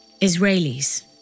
Israelis